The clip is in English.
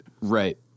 Right